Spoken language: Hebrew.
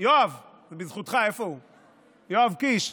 יואב קיש,